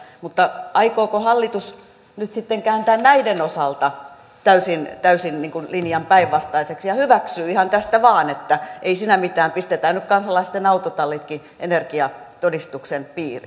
mutta aikooko hallitus nyt sitten kääntää näiden osalta linjan täysin päinvastaiseksi ja hyväksyä ihan tästä vaan että ei siinä mitään pistetään nyt kansalaisten autotallitkin energiatodistuksen piiriin